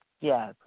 Yes